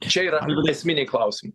čia yra esminiai klausimai